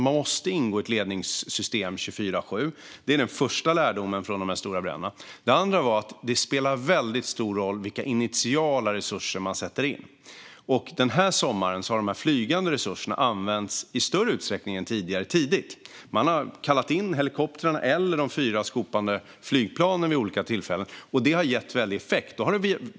Man måste gå in i ett ledningssystem 24:7. Det är den första lärdomen från de här stora bränderna. Den andra var att det spelar en väldigt stor roll vilka initiala resurser man sätter in. Den här sommaren har de flygande resurserna använts tidigt i större utsträckning än tidigare. Man har kallat in helikoptrarna eller de fyra skopande flygplanen vid olika tillfällen, och det har gett väldigt god effekt.